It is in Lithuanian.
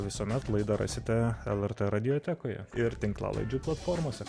visuomet laidą rasite lrt radiotekoje ir tinklalaidžių platformose